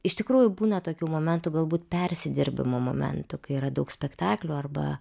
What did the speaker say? iš tikrųjų būna tokių momentų galbūt persidirbimo momentų kai yra daug spektaklių arba